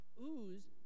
Ooze